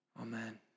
Amen